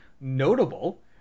notable